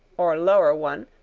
or lower one,